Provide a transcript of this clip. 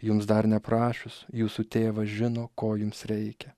jums dar neprašius jūsų tėvas žino ko jums reikia